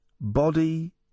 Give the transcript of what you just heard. body